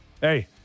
Hey